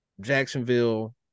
Jacksonville